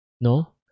No